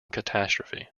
catastrophe